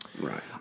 right